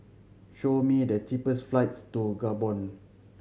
show me the cheapest flights to Gabon